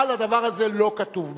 אבל הדבר הזה לא כתוב בחוק.